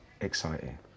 exciting